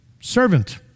servant